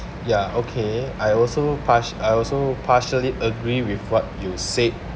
ya okay I also part~ I also partially agree with what you said